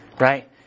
Right